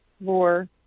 more